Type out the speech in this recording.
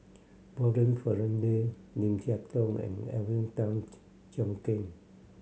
Warren Fernandez Lim Siah Tong and Alvin Tan Cheong Kheng